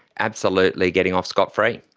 absolutely getting off scot-free.